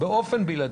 באופן בלעדי,